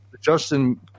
Justin